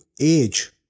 age